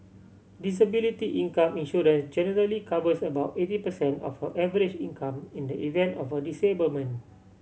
disability income insurance generally covers about eighty percent of her average income in the event of a disablement